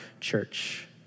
church